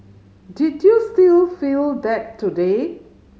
did you still feel that today